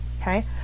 okay